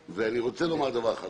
רוצה לומר דבר אחד.